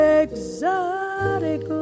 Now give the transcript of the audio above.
exotic